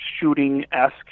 shooting-esque